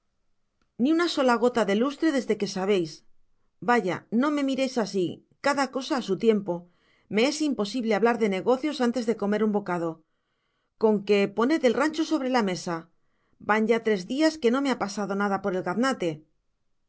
ni una sola gota de lustre desde que sabeis vaya no me mireis asi cada cosa á su tiempo me es imposible hablar de negocios antes de comer un bocado con que poned el rancho sobre la mesa van ya tres dias que no me lia pasado nada por el gaznate